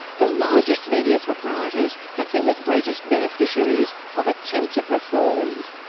the largest media proprietors have been the greatest beneficiaries of attempts at reform.